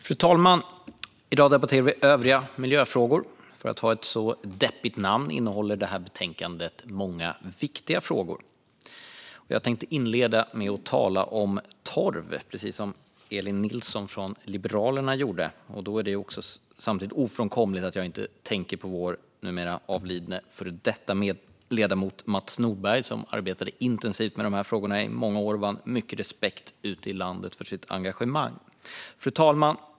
Fru talman! I dag debatterar vi betänkandet Övergripande miljöfrågor . Trots ett deppigt namn innehåller det många viktiga frågor. Jag tänkte inleda med att tala om torv, precis som Elin Nilsson från Liberalerna gjorde. Då blir det ofrånkomligt att tänka på vår numera avlidne före detta ledamot Mats Nordberg. Han arbetade i många år intensivt med de frågorna och vann mycket respekt ute i landet för sitt engagemang. Fru talman!